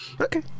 Okay